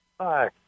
Hi